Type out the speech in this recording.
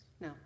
No